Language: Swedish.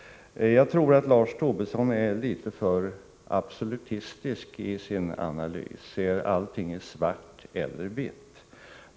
Jag tror att Lars Tobisson är litet för absolutistisk i sin analys och ser allting antingen i svart eller i vitt.